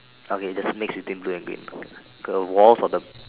okay just a mix between blue and green go walls of the